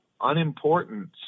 unimportant